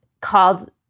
called